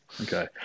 Okay